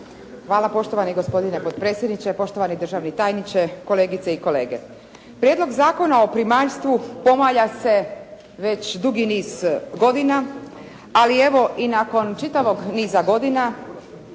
Hvala poštovani gospodine potpredsjedniče, poštovani državni tajniče, kolegice i kolege. Prijedlog zakona o primaljstvu pomalja se već dugi niz godina, ali evo i nakon čitavog niza godina